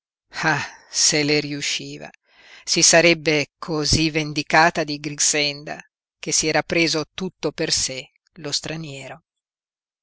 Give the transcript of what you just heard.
se le riusciva si sarebbe cosí vendicata di grixenda che si era preso tutto per sé lo straniero